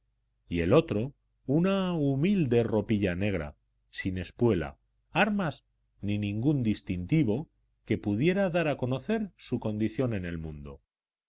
y el otro una humilde ropilla negra sin espuela armas ni ningún distintivo que pudiera dar a conocer su condición en el mundo